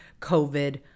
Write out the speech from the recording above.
COVID